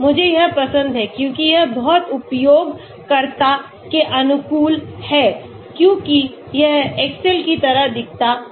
मुझे यह पसंद है क्योंकि यह बहुत उपयोगकर्ता के अनुकूल है क्योंकि यह एक्सेल की तरह दिखता है